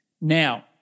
Now